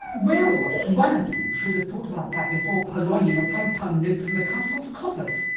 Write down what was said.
well one of you should have thought about that before purloining a five-pound note from the council's coffers!